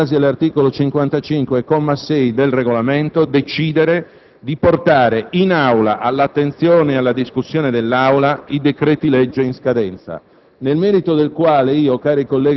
È potere del Presidente, in base all'articolo 55, comma 6, del Regolamento, decidere di portare all'attenzione e alla discussione dell'Aula i decreti-legge in scadenza,